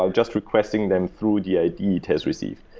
so just requesting them through the i d. it has received.